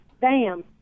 bam